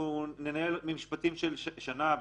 אנחנו ננהל משפטים של שנה,